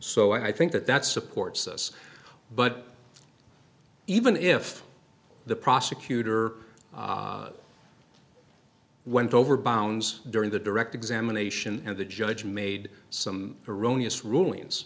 so i think that that supports us but even if the prosecutor went over bounds during the direct examination and the judge made some erroneous rulings